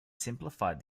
simplified